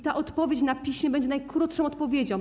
Ta odpowiedź na piśmie będzie najkrótszą odpowiedzią.